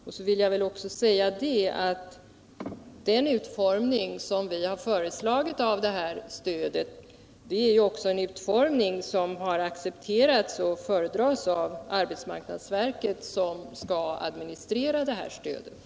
Jag vill också säga att den utformning av stödet som vi har föreslagit har accepterats och föredras av arbetsmarknadsverket, som skall administrera stödet. Jag yrkar bifall till arbetsmarknadsutskottets hemställan i dess betänkande nr 41.